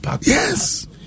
Yes